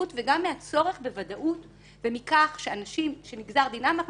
וגם מהצורך בוודאות ומכך שאנשים נגזר דינם אנחנו